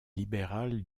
libéral